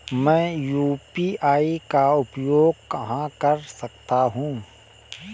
मैं यू.पी.आई का उपयोग कहां कर सकता हूं?